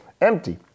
empty